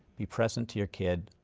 be present to your kid,